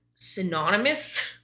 synonymous